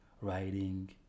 writing